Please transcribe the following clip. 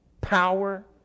power